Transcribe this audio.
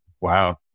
Wow